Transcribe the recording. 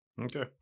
Okay